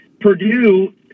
Purdue